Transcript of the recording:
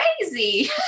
crazy